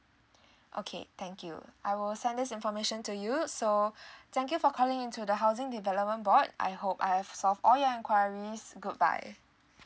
okay thank you I will send this information to you so thank you for calling in to the housing development board I hope I have solved all your enquiries goodbye